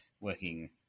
working